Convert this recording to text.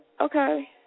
Okay